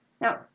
Now